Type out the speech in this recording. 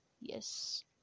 yes